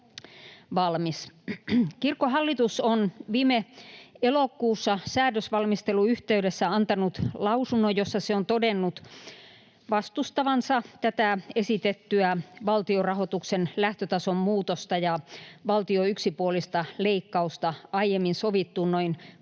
Kirkkohallitus on viime elokuussa säädösvalmistelun yhteydessä antanut lausunnon, jossa se on todennut vastustavansa tätä esitettyä valtionrahoituksen lähtötason muutosta ja valtion yksipuolista leikkausta aiemmin sovittuun noin